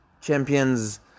champions